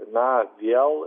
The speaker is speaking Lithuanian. na vėl